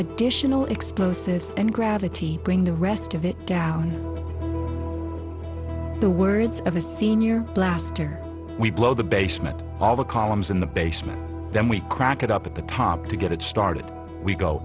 know explosives and gravity bring the rest of it down the words of his senior blaster we blow the basement all the columns in the basement then we crack it up at the top to get it started we go